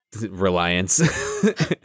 reliance